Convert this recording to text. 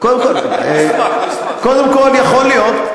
קודם כול, יכול להיות,